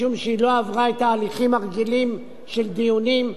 משום שהיא לא עברה את ההליכים הרגילים של דיונים,